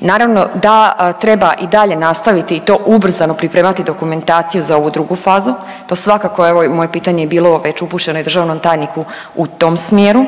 Naravno da treba i dalje nastaviti i to ubrzano pripremati dokumentaciju za ovu drugu fazu. To svakako evo moje pitanje je bilo već upućeno i državnom tajniku u tom smjeru